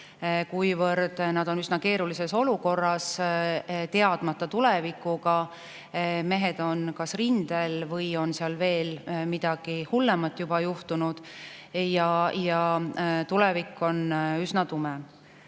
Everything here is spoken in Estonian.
kuivõrd nad on üsna keerulises olukorras, teadmata tulevikuga, mehed on kas rindel või on seal veel midagi hullemat juba juhtunud ja tulevik on üsna tume.